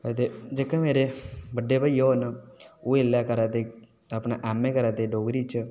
ते जेह्के मेरे बड़े भईआ होर न ओह् इसलै करा दे अपने एम ए करा दे डोगरी च